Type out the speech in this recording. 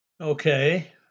Okay